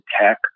tech